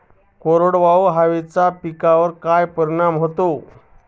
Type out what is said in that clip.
कोरड्या हवेचा पिकावर काय परिणाम होतो?